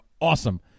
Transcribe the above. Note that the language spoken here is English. awesome